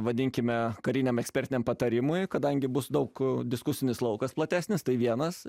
vadinkime kariniam ekspertiniam patarimui kadangi bus daug diskusinis laukas platesnis tai vienas